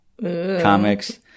comics